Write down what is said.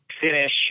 finish